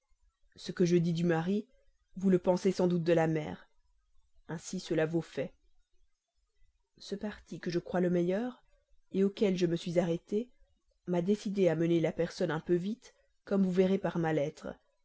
ce que je dis du mari vous le pensez sans doute de la mère ainsi cela vaut fait ce parti que je crois le meilleur auquel je me suis arrêtée m'a décidée à mener la jeune personne un peu vite comme vous verrez par ma lettre